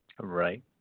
Right